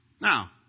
Now